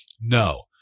No